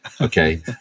Okay